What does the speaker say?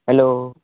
hello